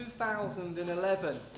2011